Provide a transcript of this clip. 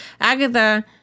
Agatha